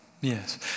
Yes